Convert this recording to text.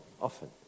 often